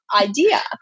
idea